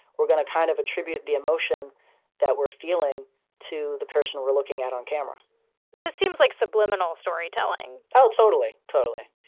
we're gonna kind of attribute the emotion that we're feeling to the person we're looking at on camera this seems like subliminal storytelling oh, totally. totally.